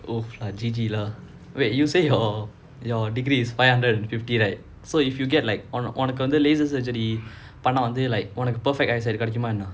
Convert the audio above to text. oo lah G_G lah wait you say your your degree is five hundred and fifty right so if you get like on on a உனக்கு வந்து:unnakku vanthu laser surgery but பண்ண வந்து:panna vanthu perfect eyesight கிடைக்குமா என்ன:kidaikumaa enna